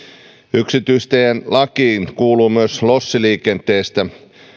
yksityistielakiin kuuluu myös lossiliikenteestä